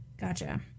Gotcha